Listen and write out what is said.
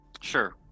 Sure